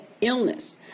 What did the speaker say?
illness